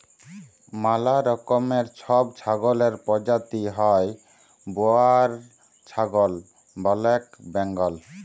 ম্যালা রকমের ছব ছাগলের পরজাতি হ্যয় বোয়ার ছাগল, ব্যালেক বেঙ্গল